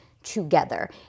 together